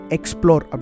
Explore